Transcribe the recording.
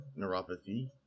neuropathy